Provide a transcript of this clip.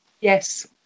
Yes